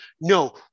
no